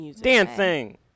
Dancing